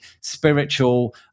spiritual